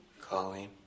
Colleen